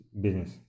business